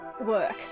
work